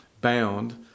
bound